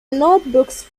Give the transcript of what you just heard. notebooks